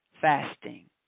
fasting